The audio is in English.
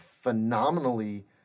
phenomenally